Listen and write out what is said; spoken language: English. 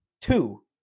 two